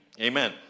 amen